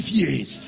years